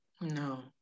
No